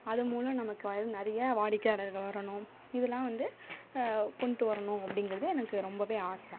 அது மூலம் நமக்கு வந்து நிறைய வாடிக்கையாளர்கள் வரணும் இதெல்லாம் வந்து கொண்ட்டு வரணும் அப்படிங்கறது எனக்கு ரொம்பவே ஆசை